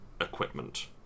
equipment